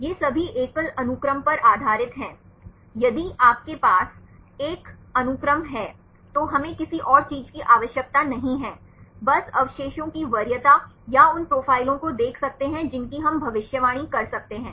ये सभी एकल अनुक्रम पर आधारित हैं यदि आपके पास एक अनुक्रम है तो हमें किसी और चीज की आवश्यकता नहीं है बस अवशेषों की वरीयता या उन प्रोफाइलों को देख सकते हैं जिनकी हम भविष्यवाणी कर सकते हैं